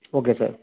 okay sir